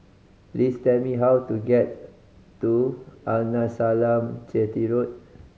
please tell me how to get to Arnasalam Chetty Road